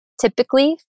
Typically